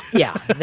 yeah.